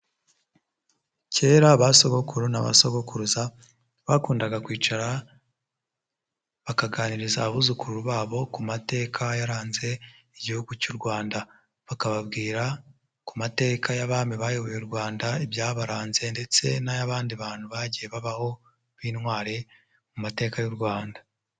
Kera ba sogokuru na ba sogokuruza bakundaga kwicara bakaganiriza abuzukuru babo ku mateka yaranze Igihugu cy'u Rwanda. Bakababwira ku mateka y'abami bayoboye u Rwanda, ibyabaranze ndetse n'ay'abandi bantu bagiye babaho nk'intwari mu mateka y'u Rwanda.